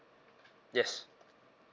yes